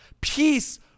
Peace